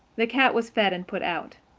the cat was fed and put out.